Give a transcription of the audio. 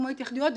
כמו התייחדויות,